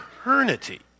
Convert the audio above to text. Eternity